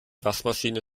waschmaschine